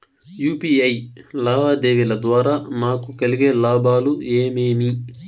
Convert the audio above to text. UPI లావాదేవీల ద్వారా నాకు కలిగే లాభాలు ఏమేమీ?